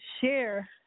share